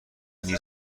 نیز